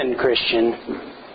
Christian